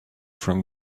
from